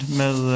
med